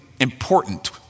important